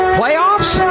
playoffs